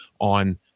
on